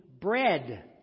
bread